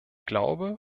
glaube